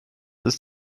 ist